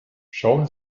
schauen